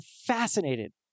fascinated